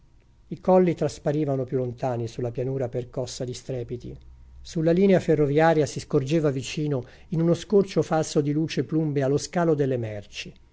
i colli trasparivano più lontani sulla pianura percossa di strepiti sulla linea ferroviaria si scorgeva vicino in uno scorcio falso di luce plumbea lo scalo delle merci